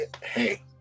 Hey